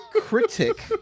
critic